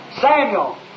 Samuel